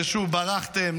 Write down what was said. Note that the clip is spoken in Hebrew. שוב ברחתם,